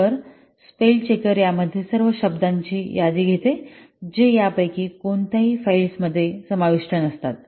तर spell checker यामध्ये अशा सर्व शब्दांची यादी होते जे यापैकी कोणत्याही फाइल्समधील सामग्रीत नसतात